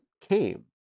came